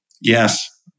Yes